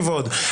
לאחרונה.